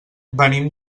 venim